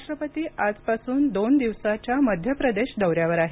राष्ट्रपती आजपासून दोन दिवसाच्या मध्य प्रदेश दौऱ्यावर आहेत